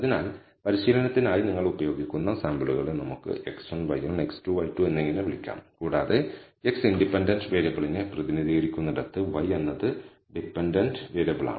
അതിനാൽ പരിശീലനത്തിനായി നിങ്ങൾ ഉപയോഗിക്കുന്ന സാമ്പിളുകളെ നമുക്ക് x1 y1 x2 y2 എന്നിങ്ങനെ വിളിക്കാം കൂടാതെ x ഇൻഡിപെൻഡന്റ് വേരിയബിളിനെ പ്രതിനിധീകരിക്കുന്നിടത്ത് y എന്നത് ഡിപെൻഡന്റ് വേരിയബിളാണ്